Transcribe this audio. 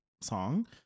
song